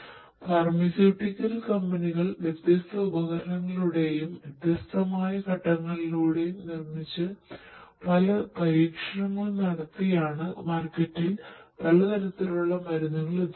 ഈ ഫാർമസ്യൂട്ടിക്കൽ കമ്പനികൾ വ്യത്യസ്തത ഉപകരണങ്ങളുടെയും വ്യത്യസ്തമായ ഘട്ടങ്ങളിലൂടെയും നിർമ്മച്ചു പല പരീക്ഷങ്ങളും നടത്തിയാണ് മാർക്കറ്റിൽ പലതരത്തിൽ ഉള്ള മരുന്നുകൾ എത്തിക്കുന്നത്